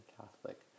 Catholic